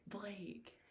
Blake